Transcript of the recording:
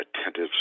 attentive